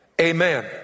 amen